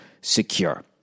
secure